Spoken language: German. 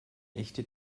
echte